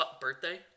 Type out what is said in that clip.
birthday